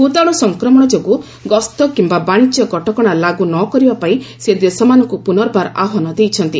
ଭୂତାଣୁ ସଂକ୍ରମଣ ଯୋଗୁଁ ଗସ୍ତ କିମ୍ବା ବାଣିଜ୍ୟ କଟକଣା ଲାଗୁ ନକରିବା ପାଇଁ ସେ ଦେଶମାନଙ୍କୁ ପୁନର୍ବାର ଆହ୍ୱାନ ଦେଇଛନ୍ତି